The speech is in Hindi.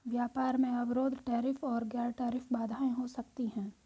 व्यापार में अवरोध टैरिफ और गैर टैरिफ बाधाएं हो सकती हैं